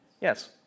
Yes